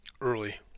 early